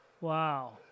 Wow